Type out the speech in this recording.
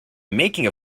making